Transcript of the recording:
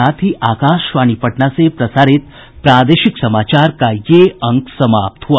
इसके साथ ही आकाशवाणी पटना से प्रसारित प्रादेशिक समाचार का ये अंक समाप्त हुआ